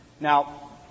Now